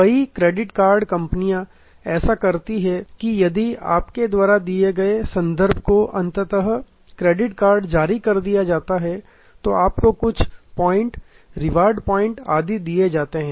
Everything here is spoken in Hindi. कई क्रेडिट कार्ड कंपनियां ऐसा करती हैं कि यदि आपके द्वारा दिए गए संदर्भ को अंततः क्रेडिट कार्ड जारी किया जाता है तो आपको कुछ पॉइंट रिवार्ड पॉइंट आदि दिए जाते हैं